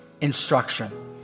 instruction